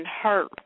hurt